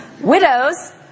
widows